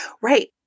Right